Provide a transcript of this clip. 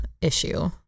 issue